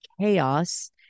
chaos